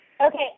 Okay